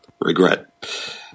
regret